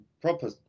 Proper